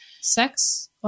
Sex